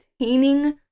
obtaining